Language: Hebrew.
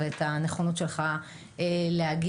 ואת הנכונות שלך להגיע,